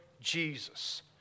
Jesus